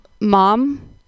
mom